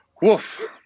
Woof